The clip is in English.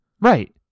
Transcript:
right